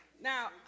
Now